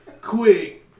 Quick